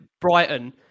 Brighton